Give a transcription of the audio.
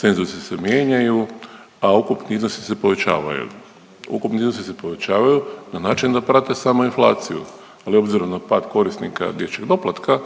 cenzusi se mijenjaju, a ukupni iznosi se povećavaju. Ukupni iznosi se povećavaju na način da prate samo inflaciju, ali obzirom na pad korisnika dječjeg doplatka